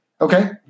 Okay